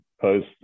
Post